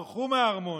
ברחו מהארמון,